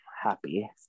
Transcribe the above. happy